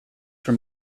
for